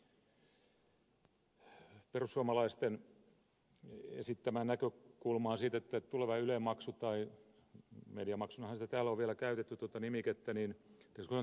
virtasen esittämään näkökulmaan siitä että tuleva yle maksu tai mediamaksu nimikettähän siitä täällä on vielä käytetty on tasavero